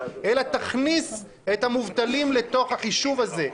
אלא תכניס את המובטלים לתוך החישוב הזה,